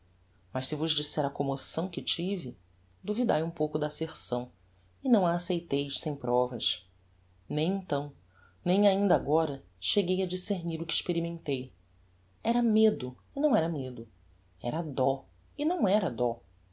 mas se vos disser a commoção que tive duvidai um pouco da asserção e não a acceiteis sem provas nem então nem ainda agora cheguei a discernir o que experimentei era medo e não era medo era dó e não era dó